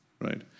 right